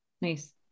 Nice